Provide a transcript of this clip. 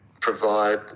provide